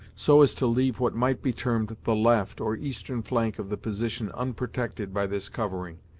so as to leave what might be termed the left, or eastern flank of the position unprotected by this covering.